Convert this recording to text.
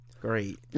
great